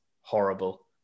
Horrible